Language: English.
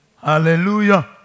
Hallelujah